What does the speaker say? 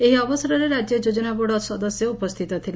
ଏହି ଅବସରରେ ରାକ୍ୟ ଯୋଜନା ବୋର୍ଡ ସଦସ୍ୟ ଉପସ୍ଥିତ ଥିଲେ